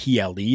PLE